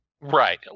Right